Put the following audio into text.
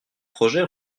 projet